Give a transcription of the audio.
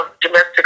domestic